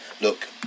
look